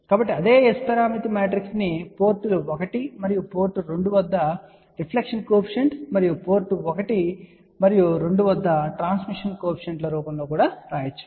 కాబట్టి అదే S పారామితి మ్యాట్రిక్స్ ను పోర్టులు 1 మరియు పోర్ట్ 2 వద్ద రిఫ్లెక్షన్ కోఎఫిషియంట్ మరియు పోర్ట్ 1 మరియు 2 వద్ద ట్రాన్స్మిషన్ కోఎఫీషియంట్ ల రూపంలో వ్రాయవచ్చు